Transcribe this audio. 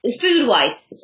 Food-wise